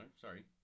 sorry